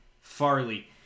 Farley